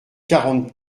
quarante